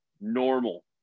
normal